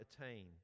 attain